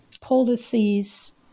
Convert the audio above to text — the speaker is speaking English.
policies